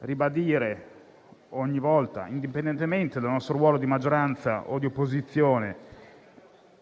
ribadire ogni volta, indipendentemente dal nostro ruolo di maggioranza o di opposizione,